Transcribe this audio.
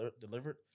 delivered